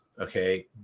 okay